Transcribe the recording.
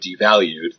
devalued